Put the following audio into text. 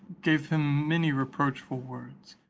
gave him many reproachful words,